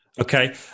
Okay